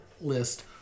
list